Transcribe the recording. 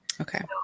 Okay